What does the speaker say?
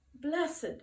Blessed